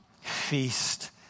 feast